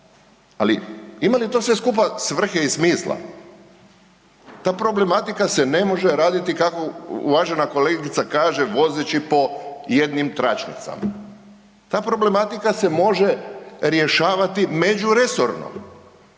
Ali ima li to sve skupa svrhe i smisla? Ta problematika se ne može raditi kako uvažena kolegica kaže, vozeći po jednim tračnicama. Ta problematika se može rješavati međuresorno,